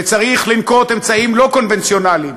וצריך לנקוט אמצעים לא קונבנציונליים.